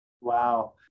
Wow